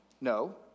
No